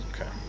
Okay